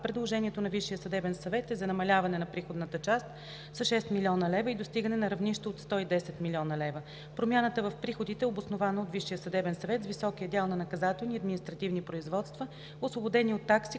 съдебен съвет е за намаляване на приходната част с 6,0 млн. лв. и достигане на равнище от 110,0 млн. лв. Промяната в приходите е обоснована от Висшия съдебен съвет с високия дял на наказателни и административни производства, освободени от такси,